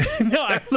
No